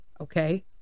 okay